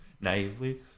naively